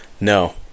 no